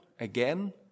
again